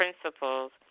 principles